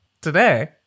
Today